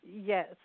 Yes